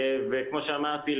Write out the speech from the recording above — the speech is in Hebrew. כמו שאמרתי,